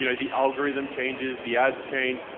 you know the algorithm changes, the ads change,